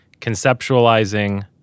Conceptualizing